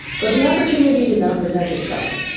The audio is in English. but the opportunity did not present itself,